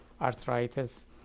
arthritis